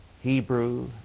Hebrew